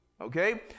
Okay